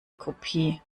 kopie